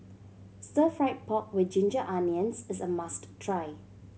Stir Fried Pork With Ginger Onions is a must try